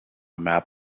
map